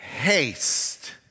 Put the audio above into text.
haste